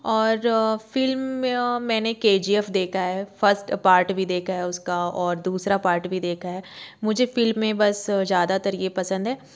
और फिल्म मैंने K G F देखा है फर्स्ट पार्ट भी देखा है उसका और दूसरा पार्ट भी देखा है मुझे फिल्म में बस ज़्यादातर ये पसंद है